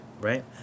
right